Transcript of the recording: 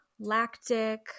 lactic